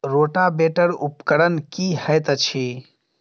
Rotavator उपकरण की हएत अछि?